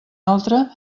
altre